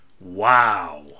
wow